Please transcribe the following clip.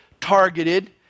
targeted